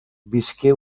visqué